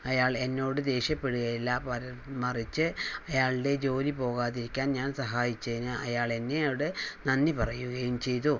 അയാൾ എന്നോട് ദേഷ്യപ്പെടുകയില്ല പകരം മറിച്ച് അയാളുടെ ജോലി പോകാതിരിക്കാൻ ഞാൻ സഹായിച്ചതിന് അയാൾ എന്നോട് നന്ദി പറയുകയും ചെയ്തു